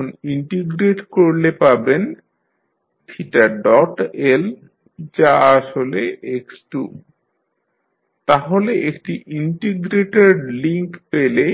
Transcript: এখন ইন্টিগ্রেট করলে পাবেন L যা আসলে x2 তাহলে একটি ইনটিগ্রেটর লিংক পেলে